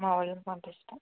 మా వాళ్ళని పంపిస్తాం